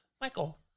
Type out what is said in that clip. Michael